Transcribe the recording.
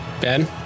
Ben